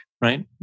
right